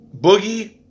Boogie